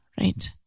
Right